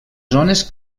zones